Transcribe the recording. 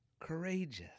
Courageous